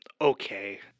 okay